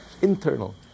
Internal